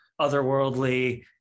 otherworldly